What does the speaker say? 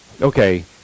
okay